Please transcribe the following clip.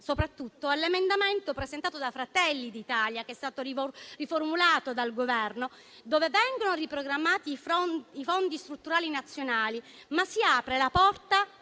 soprattutto all'emendamento presentato dal Gruppo Fratelli d'Italia, che è stato riformulato dal Governo, con cui vengono riprogrammati i fondi strutturali nazionali, ma in cui si apre la porta